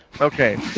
Okay